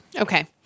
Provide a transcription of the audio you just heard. Okay